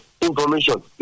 information